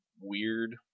weird